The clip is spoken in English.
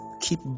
keep